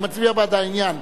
אני מצביע בעד העניין.